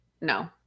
no